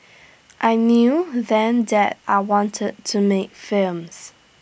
I knew then that I wanted to make films